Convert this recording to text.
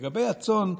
לגבי הצאן,